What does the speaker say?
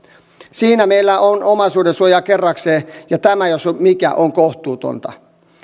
siinä meillä on omaisuudensuojaa kerrakseen ja tämä jos mikä on kohtuutonta